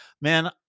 Man